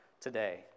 today